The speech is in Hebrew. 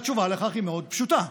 התשובה לכך היא מאוד פשוטה: